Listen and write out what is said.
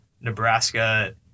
Nebraska